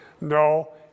no